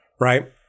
right